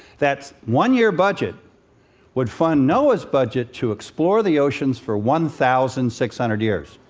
that one-year budget would fund noaa's budget to explore the oceans for one thousand six hundred years.